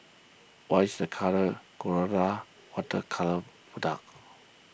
what is the colour Colora Water Colours product